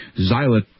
xylitol